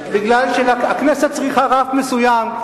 בגלל שהכנסת צריכה רף מסוים.